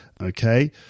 Okay